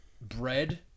bread